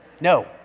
No